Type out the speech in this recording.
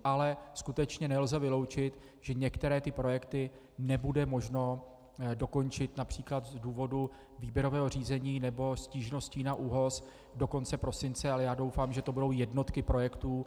Ale skutečně nelze vyloučit, že některé projekty nebude možno dokončit, např. z důvodu výběrového řízení nebo stížností na ÚOHS, do konce prosince, ale já doufám, že to budou jednotky projektů.